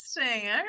interesting